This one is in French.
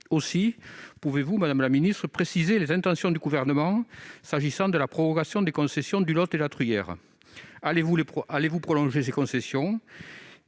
Aussi, pouvez-vous, madame la secrétaire d'État, préciser les intentions du Gouvernement s'agissant de la prorogation des concessions du Lot et de la Truyère ? Allez-vous prolonger ces concessions ?